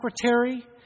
secretary